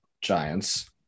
Giants